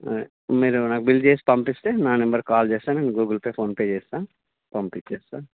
మీరు నాకు బిల్ చేసి పంపిస్తే నా నెంబర్ కాల్ చేస్తే నేను గూగుల్ పే ఫోన్ పే చేస్తా పంపించేస్తా